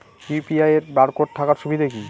UPI এর barcode থাকার সুবিধে কি?